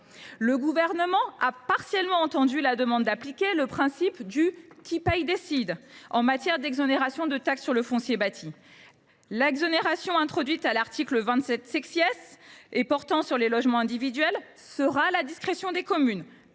Le Gouvernement a partiellement entendu la demande d’application du principe « qui paie décide » en matière d’exonération de taxe foncière sur le foncier bâti. L’exonération, introduite à l’article 27 , portant sur les logements individuels sera à la discrétion des communes